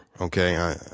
okay